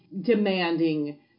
demanding